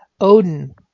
Odin